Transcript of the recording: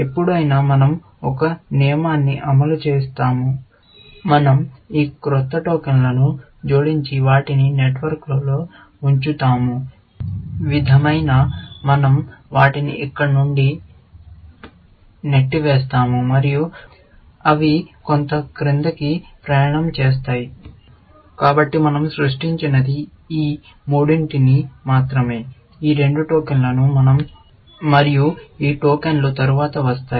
ఎప్పుడైనా మన০ ఒక నియమాన్ని అమలు చేస్తాము మన০ ఈ క్రొత్త టోకెన్లను జోడించి వాటిని నెట్వర్క్లో ఉంచుతాము విధమైన మన০ వాటిని ఇక్కడ నుండి నెట్టివేస్తాము మరియు అవి కొంత క్రిందికి ప్రయాణం చేస్తాయి